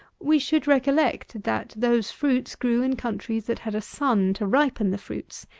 we should recollect, that those fruits grew in countries that had a sun to ripen the fruits,